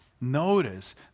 notice